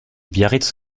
biarritz